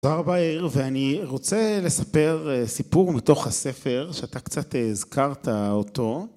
תודה רבה יאיר, ואני רוצה לספר סיפור מתוך הספר שאתה קצת הזכרת אותו